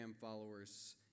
followers